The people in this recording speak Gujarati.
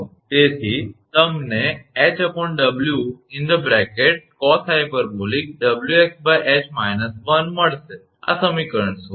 તેથી તમને 𝐻𝑊cosh𝑊𝑥𝐻 − 1 મળશે આ સમીકરણ 16 છે